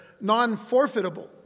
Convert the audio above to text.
non-forfeitable